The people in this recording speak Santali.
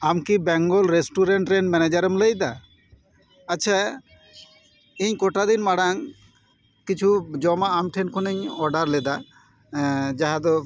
ᱟᱢ ᱠᱤ ᱵᱮᱝᱜᱚᱞ ᱨᱮᱥᱴᱩᱨᱮᱱᱴ ᱨᱮᱱ ᱢᱮᱱᱮᱡᱟᱨ ᱮᱢ ᱞᱟᱹᱭᱮᱫᱟ ᱟᱪᱪᱷᱟ ᱤᱧ ᱠᱚᱴᱟ ᱫᱤᱱ ᱢᱟᱲᱟᱝ ᱠᱤᱪᱷᱩ ᱡᱚᱢᱟᱜ ᱟᱢᱴᱷᱮᱱ ᱠᱷᱚᱱᱟᱜ ᱤᱧ ᱚᱰᱟᱨ ᱞᱮᱫᱟ ᱡᱟᱦᱟᱸ ᱫᱚ